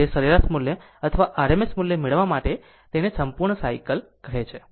તે સરેરાશ મૂલ્ય અથવા RMS મૂલ્ય મેળવવા માટે તેને સંપૂર્ણ સાયકલ કહે છે